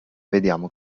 vediamo